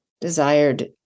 desired